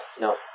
No